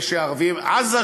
ערביי עזה,